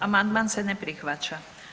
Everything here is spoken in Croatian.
Amandman se ne prihvaća.